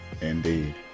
Indeed